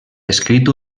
escrit